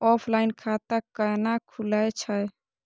Offline खाता कैना खुलै छै?